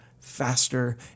faster